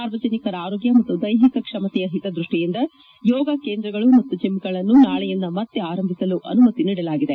ಸಾರ್ವಜನಿಕರ ಆರೋಗ್ಯ ಮತ್ತು ದೈಹಿಕ ಕ್ಷಮತೆಯ ಹಿತದೃಷ್ಟಿಯಿಂದ ಯೋಗ ಕೇಂದ್ರಗಳು ಮತ್ತು ಜಿಮ್ಗಳನ್ನು ನಾಳೆಯಿಂದ ಮತ್ತೆ ಆರಂಭಿಸಲು ಅನುಮತಿ ನೀಡಲಾಗಿದೆ